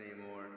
anymore